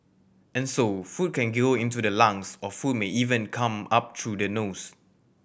and so food can go into the lungs or food may even come up through the nose